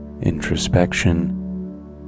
introspection